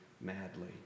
madly